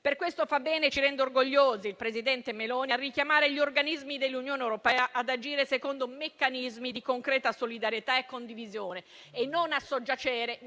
Per questo fa bene e ci rende orgogliosi il presidente Meloni a richiamare gli organismi dell'Unione europea ad agire secondo meccanismi di concreta solidarietà e condivisione e a non soggiacere